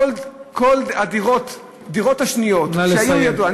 כל הדירות השניות שהיו, נא לסיים.